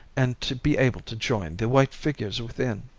and to be able to join the white figures within.